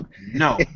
No